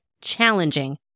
challenging